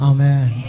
Amen